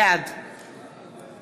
בעד